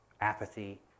apathy